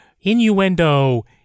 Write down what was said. innuendo